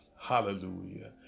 Hallelujah